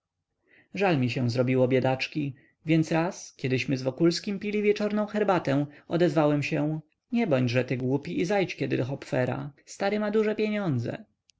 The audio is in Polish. mi się zrobiło biedaczki więc raz kiedyśmy z wokulskim pili wieczorem herbatę odezwałem się nie bądźże ty głupi i zajdź kiedy do hopfera stary ma duże pieniądze